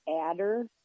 adder